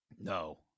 No